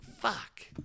fuck